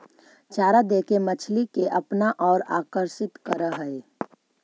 चारा देके मछली के अपना औउर आकर्षित करऽ हई